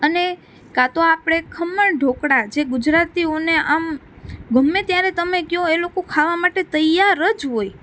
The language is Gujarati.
અને ક્યાં તો આપણે ખમણ ઢોકળા જે ગુજરાતીઓને આમ ગમે ત્યારે તમે કહો એ લોકો ખાવાં માટે તૈયાર જ હોય